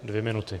Dvě minuty.